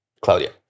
Claudia